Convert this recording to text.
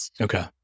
okay